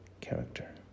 character